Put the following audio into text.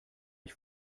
ich